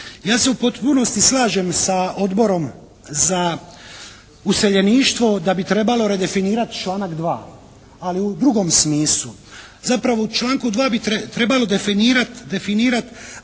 Ja se u potpunosti slažem sa Odborom za useljeništvo da bi trebalo redefinirati članak 2., ali u drugom smislu. Zapravo u članku 2. bi trebalo definirati